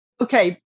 Okay